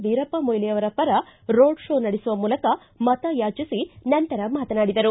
ವೀರಪ್ಪಮೊಯಿಲಿ ಅವರ ಪರ road show ನಡೆಸುವ ಮೂಲಕ ಮತಯಾಚಿಸಿ ನಂತರ ಮಾತನಾಡಿದರು